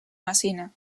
messina